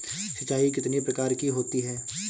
सिंचाई कितनी प्रकार की होती हैं?